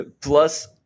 plus